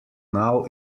now